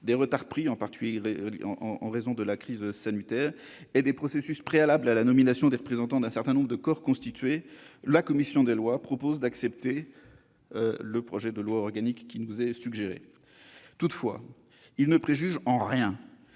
été pris, du fait notamment de la crise sanitaire et des processus préalables à la nomination des représentants d'un certain nombre de corps constitués, la commission des lois propose d'accepter le projet de loi organique qui nous est soumis. Toutefois, cela ne préjuge en rien